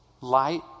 Light